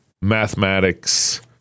mathematics